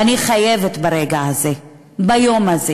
ואני חייבת ברגע הזה, ביום הזה,